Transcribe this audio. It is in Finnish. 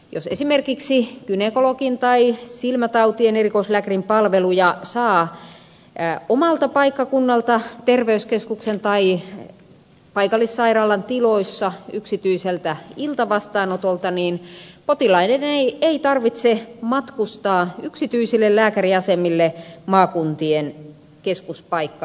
jos esimerkiksi gynekologin tai silmätautien erikoislääkärin palveluja saa omalta paikkakunnalta terveyskeskuksen tai paikallissairaalan tiloissa yksityiseltä iltavastaanotolta niin potilaiden ei tarvitse matkustaa yksityisille lääkäriasemille maakuntien keskuspaikkakunnille